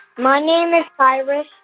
my name is iris,